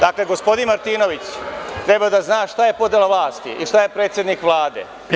Dakle, gospodin Martinović treba da zna šta je podela vlasti i šta je predsednik Vlade.